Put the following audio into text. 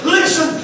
Listen